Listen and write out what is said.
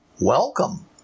Welcome